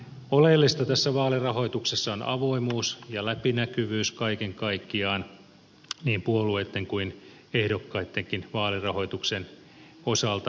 oleellista tässä vaalirahoituksessa on avoimuus ja läpinäkyvyys kaiken kaikkiaan niin puolueitten kuin ehdokkaittenkin vaalirahoituksen osalta